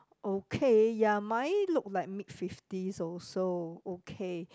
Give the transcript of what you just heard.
okay ya mine look like mid fifties also okay